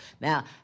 now